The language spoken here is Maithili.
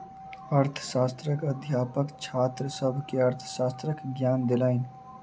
अर्थशास्त्रक अध्यापक छात्र सभ के अर्थशास्त्रक ज्ञान देलैन